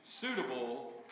suitable